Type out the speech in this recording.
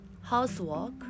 housework